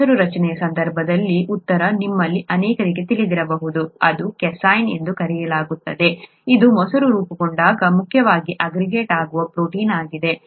ಮೊಸರು ರಚನೆಯ ಸಂದರ್ಭದಲ್ಲಿ ಉತ್ತರವು ನಿಮ್ಮಲ್ಲಿ ಅನೇಕರಿಗೆ ತಿಳಿದಿರಬಹುದು ಇದನ್ನು ಕ್ಯಾಸೀನ್ ಎಂದು ಕರೆಯಲಾಗುತ್ತದೆ ಇದು ಮೊಸರು ರೂಪುಗೊಂಡಾಗ ಮುಖ್ಯವಾಗಿ ಆಗ್ರಿಗೇಟ್ ಆಗುವ ಪ್ರೋಟೀನ್ ಆಗಿದೆ